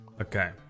Okay